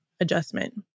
adjustment